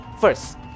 first